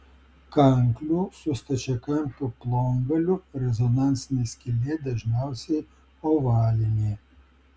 kanklių su stačiakampiu plongaliu rezonansinė skylė dažniausiai ovalinė